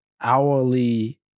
hourly